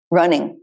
running